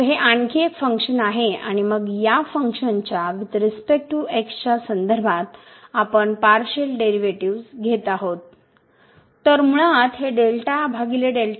तर हे आणखी एक फंक्शन आहे आणि मग या फंक्शनच्या वुईथ रिस्पेक्ट टू xच्या संदर्भात आपण पार्शिअल डेरीवेटीव घेत आहोत